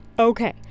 Okay